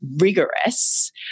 rigorous